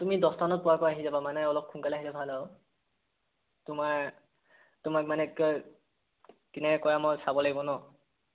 তুমি দহটা মানত পোৱাকৈ আহি যাবা মানে অলপ সোনকালে আহিলে ভাল আৰু তোমাৰ তোমাক মানে কেনেকে কৰা মই চাব লাগিব ন